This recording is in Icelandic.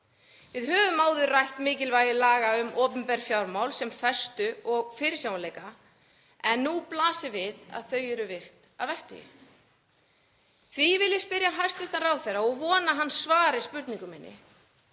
Við höfum áður rætt mikilvægi laga um opinber fjármál sem festu og fyrirsjáanleika en nú blasir við að þau eru virt að vettugi. Því vil ég spyrja hæstv. ráðherra og vona að hann svari spurningu minni: